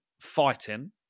fighting